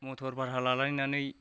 मटर भारा लालायनानै